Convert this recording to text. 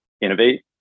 innovate